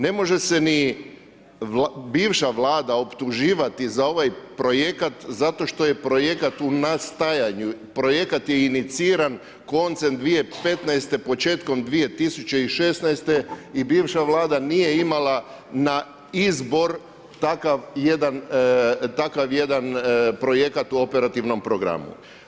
Ne može se ni bivša Vlada optuživati za ovaj projekat zato što je projekat u nastajanju, projekat je iniciran koncem 2015. početkom 2016. i bivša Vlada nije imala na izbor takav jedan projekat u operativnom programu.